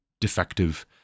Defective